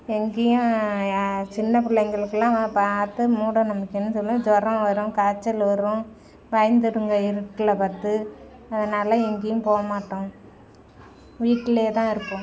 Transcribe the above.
எங்கையும் யா சின்ன பிள்ளைங்களுக்குலாம் பார்த்து மூட நம்பிக்கைன்னு சொல்லி ஜுரோம் வரும் காய்ச்சல் வரும் பயந்துடுங்க இருட்டில் பார்த்து அதனால எங்கேயும் போக மாட்டோம் வீட்டிலே தான் இருப்போம்